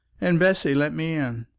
and bessy let me in.